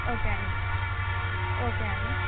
okay అండి okay అండి